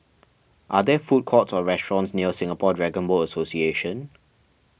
are there food courts or restaurants near Singapore Dragon Boat Association